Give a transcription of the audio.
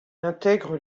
intègre